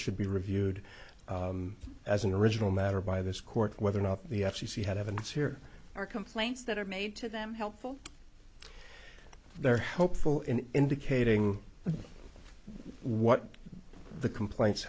should be reviewed as an original matter by this court whether or not the f c c had evidence here are complaints that are made to them helpful they're hopeful in indicating what the complaints